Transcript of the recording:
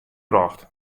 brocht